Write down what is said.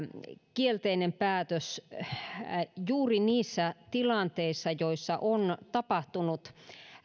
kielteinen päätös juuri niissä tilanteissa joissa on tapahtunut